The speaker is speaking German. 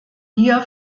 hier